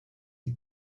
die